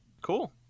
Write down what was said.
cool